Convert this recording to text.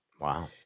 Wow